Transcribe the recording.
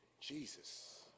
Jesus